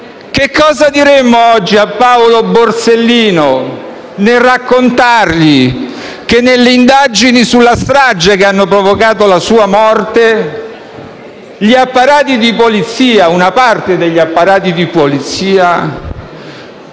che cosa diremmo oggi a Paolo Borsellino nel raccontargli che, nelle indagini sulla strage che hanno provocato la sua morte, una parte degli apparati di polizia